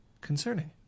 Concerning